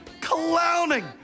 clowning